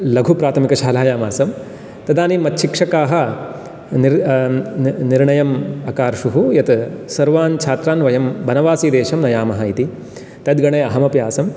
लघुप्राथमिकशालायाम् आसं तदानीं मत्शिक्षकाः निर्णयम् अकार्षुः यत् सर्वान् छात्रान् वयं बनवासिदेशं नयामः इति तद्गणे अहमपि आसम्